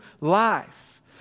life